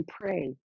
pray